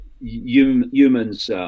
humans